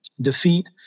defeat